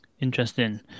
Interesting